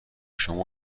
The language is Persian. شما